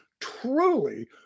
truly